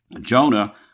Jonah